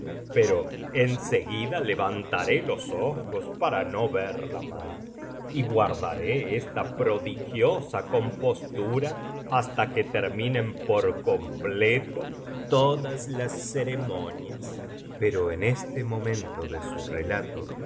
pero en seguida levantaré los ojos para no verla más y guardaré esta prodigiosa compostura hasta que terminen por completo todas las ceremonias pero en este momento de su relato